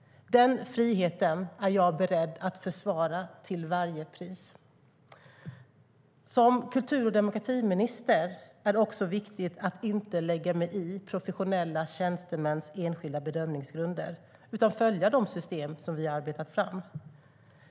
Den friheten är jag beredd att försvara till varje pris. Det är viktigt att jag som kultur och demokratiminister inte lägger mig i professionella tjänstemäns enskilda bedömningsgrunder utan följer de system som vi har arbetat fram.